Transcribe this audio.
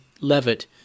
Levitt